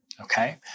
okay